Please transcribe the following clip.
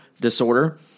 disorder